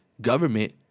government